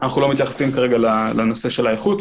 אנחנו לא מתייחסים כרגע לנושא של האיכות,